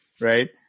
right